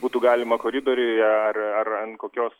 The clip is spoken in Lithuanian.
būtų galima koridoriuje ar ar ant kokios